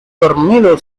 dormido